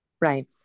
Right